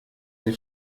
sie